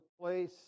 place